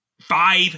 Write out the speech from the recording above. five